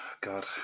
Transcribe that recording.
god